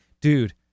dude